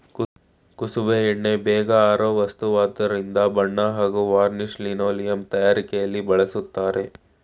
ಕುಸುಬೆ ಎಣ್ಣೆ ಬೇಗ ಆರೋ ವಸ್ತುವಾದ್ರಿಂದ ಬಣ್ಣ ಹಾಗೂ ವಾರ್ನಿಷ್ ಲಿನೋಲಿಯಂ ತಯಾರಿಕೆಲಿ ಬಳಸ್ತರೆ